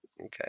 Okay